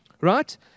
right